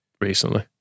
recently